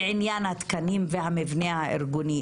בעניין התקנים והמבנה והארגוני,